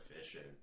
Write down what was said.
efficient